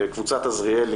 קבוצת עזריאלי,